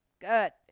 Good